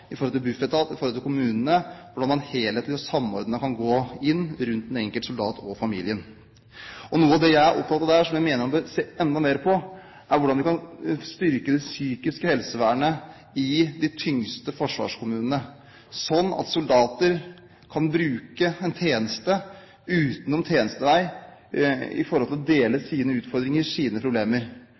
i forhold til Nav, i forhold til Bufetat, i forhold til kommunene – hvordan man helhetlig og samordnet kan gå inn rundt den enkelte soldat og familien. Noe av det jeg er opptatt av der, og som jeg mener vi må se enda mer på, er hvordan vi kan styrke det psykiske helsevernet i de tyngste forsvarskommunene, slik at soldater kan bruke en tjeneste utenom tjenestevei når det gjelder å dele sine utfordringer, sine problemer.